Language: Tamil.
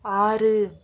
ஆறு